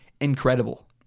incredible